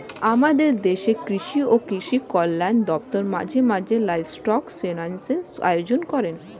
আমাদের দেশের কৃষি ও কৃষি কল্যাণ দপ্তর মাঝে মাঝে লাইভস্টক সেন্সাস আয়োজন করেন